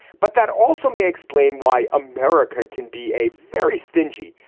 but that also may explain why america can be a very stingy,